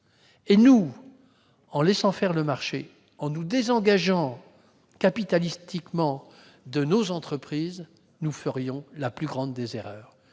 Et nous, si nous laissions faire le marché et nous désengagions capitalistiquement de nos entreprises, nous ferions la plus grande des erreurs